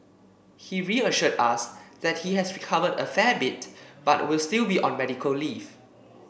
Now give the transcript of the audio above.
he reassured us that he has recovered a fair bit but will still be on medical leave